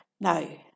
no